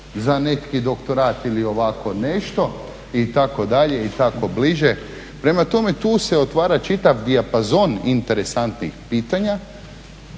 za neki doktorat ili ovako nešto itd., i tako bliže. Prema tome tu se otvara čitav dijapazon interesantnih pitanja